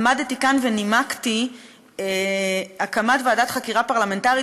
עמדתי כאן ונימקתי הקמת ועדת חקירה פרלמנטרית